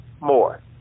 more